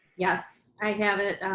yes, i have it.